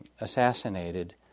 assassinated